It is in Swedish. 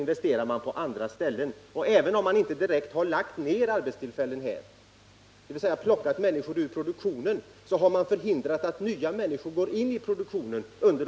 Jag vill återkomma till det större sammanhang som Rolf Hagel berörde inledningsvis i sin replik, nämligen om jobb förs ut eller inte ur Sverige. Det är ett mycket komplicerat sammanhang med väldigt många aspekter som ligger bakom utvecklingen av industrisysselsättningen i Sverige och den svenskägda sysselsättningen i utlandet.